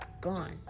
gone